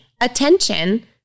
attention